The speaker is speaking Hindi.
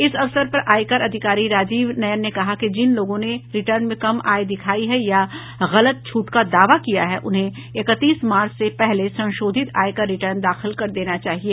इस अवसर पर आयकर अधिकारी राजीव नयन ने कहा कि जिन लोगों ने रिटर्न में कम आय दिखायी है या गलत छूट का दावा किया है उन्हें इकतीस मार्च से पहले संशोधित आयकर रिटर्न दाखिल कर देना चाहिए